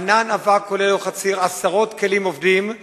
ענן אבק עולה, עשרות כלים עובדים,